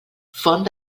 font